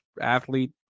athlete